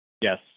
yes